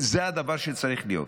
זה הדבר שצריך להיות.